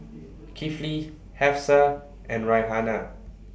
Kifli Hafsa and Raihana